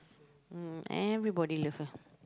mm everybody love her